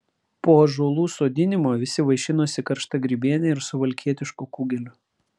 po ąžuolų sodinimo visi vaišinosi karšta grybiene ir suvalkietišku kugeliu